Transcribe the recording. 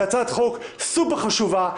זה הצעת חוק סופר חשובה,